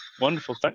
wonderful